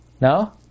No